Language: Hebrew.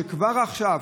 שכבר עכשיו,